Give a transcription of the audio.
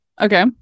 okay